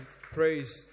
Praise